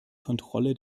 kontrolle